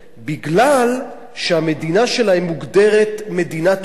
מפני שהמדינה שלהם מוגדרת מדינת אויב לישראל.